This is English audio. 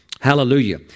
Hallelujah